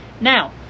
now